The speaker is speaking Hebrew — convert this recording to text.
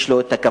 שיש לו כבוד,